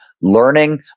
Learning